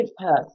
person